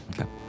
Okay